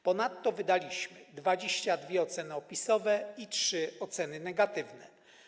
Ponadto wydaliśmy 22 oceny opisowe i 3 oceny negatywne.